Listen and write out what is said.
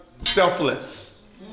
Selfless